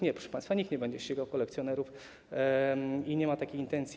Nie, proszę państwa, nikt nie będzie ścigał kolekcjonerów i nie ma takiej intencji.